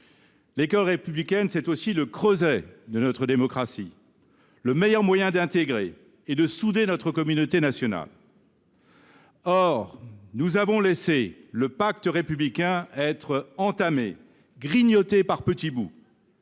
L’école républicaine, c’est aussi le creuset de notre démocratie, le meilleur moyen d’intégrer et de souder notre communauté nationale. Or nous avons laissé le pacte se faire entamer et grignoter par petits bouts.